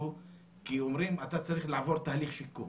כי אומרים שהתנאי הוא לעבור תהליך שיקום